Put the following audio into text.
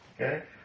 okay